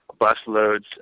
busloads